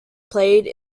played